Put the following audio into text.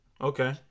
Okay